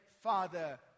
Father